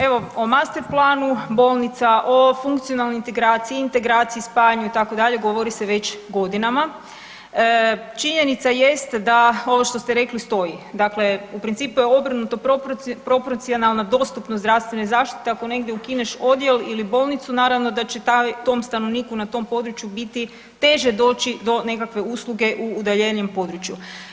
Evo o masterplanu bolnica, o funkcionalnoj integraciji, integraciji spajanja itd. govori se već godinama, činjenica jest da ovo što ste rekli stoji, dakle u principu je obrnuto proporcionalna dostupnost zdravstvene zaštite, ako negdje ukineš odjel ili bolnicu naravno da će tom stanovniku na tom području biti teže doći do nekakve usluge u udaljenijem području.